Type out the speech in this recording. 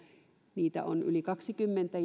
on yli kaksikymmentä